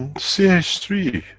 c h three,